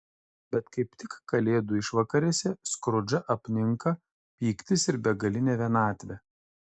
bet kaip tik kalėdų išvakarėse skrudžą apninka pyktis ir begalinė vienatvė